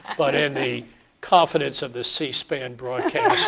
but in the confidence of the c-span broadcast